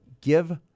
give